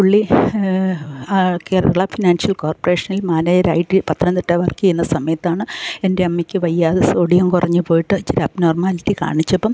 പുള്ളി കേരള ഫിനാൻഷ്യൽ കോർപ്പറേഷനിൽ മാനേജറായിട്ട് പത്തനംതിട്ട വർക്ക് ചെയ്യുന്ന സമയത്താണ് എൻ്റെ അമ്മയ്ക്ക് വയ്യാതെ സോഡിയം കുറഞ്ഞ് പോയിട്ട് ചില അബ്നോർമാലിറ്റി കാണിച്ചപ്പം